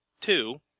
two